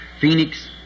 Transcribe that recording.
Phoenix